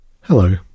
Hello